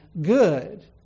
good